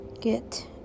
get